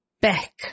back